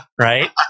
right